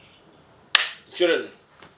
insurance